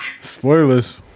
Spoilers